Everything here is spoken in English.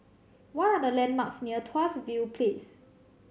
what are the landmarks near Tuas View Place